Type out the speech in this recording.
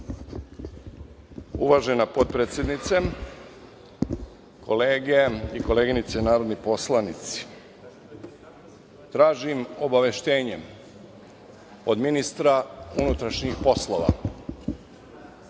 uračuna. Uvažena potpredsednice, kolege i koleginice i narodni poslanici, tražim obaveštenje od ministra unutrašnjih poslova